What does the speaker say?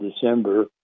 December